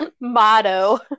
motto